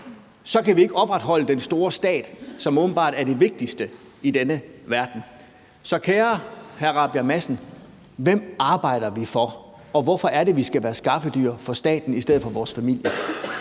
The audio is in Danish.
kan vi ikke opretholde den store stat, som åbenbart er det vigtigste i denne verden. Så kære hr. Christian Rabjerg Madsen, hvem arbejder vi for? Og hvorfor er det, vi skal være skaffedyr for staten i stedet for vores familier?